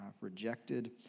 rejected